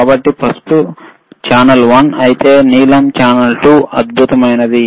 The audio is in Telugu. కాబట్టి పసుపు ఛానల్ 1 అయితే నీలం ఛానల్ 2 అద్భుతమైనది